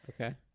Okay